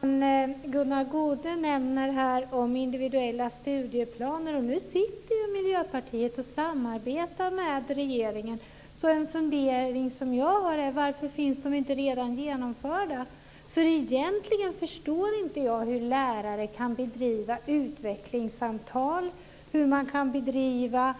Herr talman! Gunnar Goude talar här om individuella studieplaner, och nu samarbetar ju Miljöpartiet med regeringen. En fundering som jag har är alltså: Varför är inte individuella studieplaner redan genomförda? Egentligen förstår inte jag hur lärare kan ha utvecklingssamtal och hur de kan göra